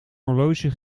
horloge